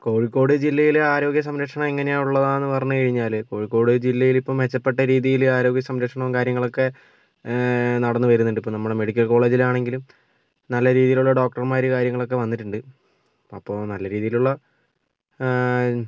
കോഴിക്കോട് ജില്ലയിലെ ആരോഗ്യ സംരക്ഷണം എങ്ങനെ ഉള്ളതാന്ന് പറഞ്ഞ് കഴിഞ്ഞാല് കോഴിക്കോട് ജില്ലയില് ഇപ്പം മെച്ചപ്പെട്ട രീതിയില് ആരോഗ്യ സംരക്ഷണവും കാര്യങ്ങളൊക്കെ നടന്ന് വരുന്നുണ്ട് ഇപ്പോൾ നമ്മുടെ മെഡിക്കൽ കോളേജിലാണെങ്കിലും നല്ല രീതിയിലുള്ള ഡോക്ടർമാര് കാര്യങ്ങളൊക്കെ വന്നിട്ടുണ്ട് അപ്പോൾ നല്ല രീതിയിലുള്ള